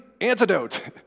antidote